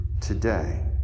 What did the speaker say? today